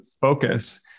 focus